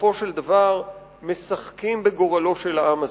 בסופו של דבר משחקים בגורלו של העם הזה.